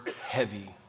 heavy